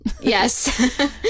Yes